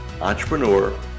entrepreneur